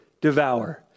devour